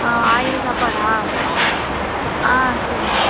ஆ ஆயிரம் சாப்பாடா ஆ சரிங்க